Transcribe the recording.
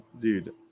dude